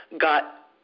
got